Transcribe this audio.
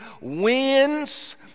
wins